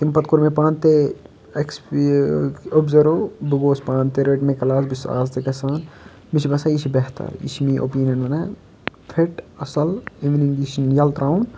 تمہِ پَتہٕ کۆر مےٚ پانہٕ تہِ ایکٕس اوبزٲرٕو بہٕ گوس پانہٕ تہِ رٔٹۍ مےٚ کلاس بہٕ چھُس آز تہِ گژھان مےٚ چھِ باسان یہِ چھِ بہتر یہِ چھِ میٲنۍ اوپیٖنِیَن وَنان فِٹ اَصل یہِ اِوننٛگ یہِ چھنہٕ یَلہٕ تراوُن